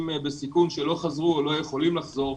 בסיכון שלא חזרו או לא יכולים לחזור.